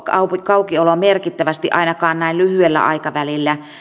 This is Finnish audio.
kaupan aukioloa merkittävästi ainakaan näin lyhyellä aikavälillä